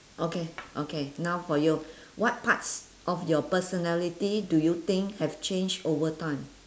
okay okay now for you what parts of your personality do you think have change over time